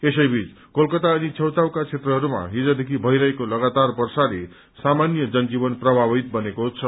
यसैबीच कोलकाता अनि छेउछाउका क्षेत्रहरूमा हिजदेखि भइरहेको लगातार वर्षाले सामान्य जनजीवन प्रभावित बनेको छ